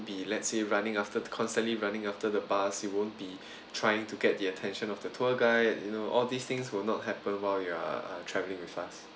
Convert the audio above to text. be let's say running after the constantly running after the bus you won't be trying to get the attention of the tour guide you know all these things will not happen while you are uh travelling with us